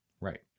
Right